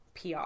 PR